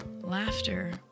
laughter